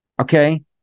Okay